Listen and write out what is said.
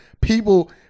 people